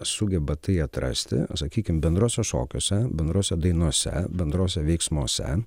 sugeba tai atrasti sakykim bendruose šokiuose bendrose dainose bendruose veiksmuose